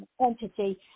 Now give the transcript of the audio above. entity